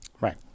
right